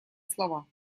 слова